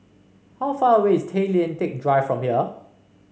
how far away is Tay Lian Teck Drive from here